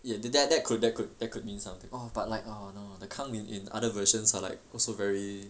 eh that that that could that could that could mean something orh but like oh no the 康敏 in other versions are like also very